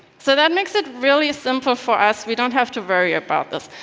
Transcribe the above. so that makes it really simple for us. we don't have to worry about this.